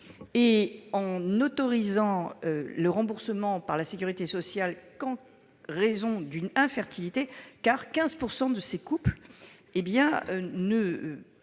et en autorisant le remboursement par la sécurité sociale pour des raisons d'infertilité, car 15 % de ces couples ne